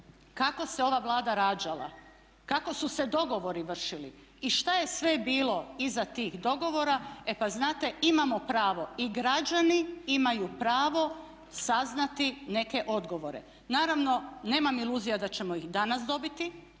kako se ova Vlada rađala, kako su se dogovori vršili i što je sve bilo iza tih dogovora e pa znate imamo pravo i građani imaju pravo saznati neke odgovore. Naravno, nemam iluzija da ćemo ih danas dobiti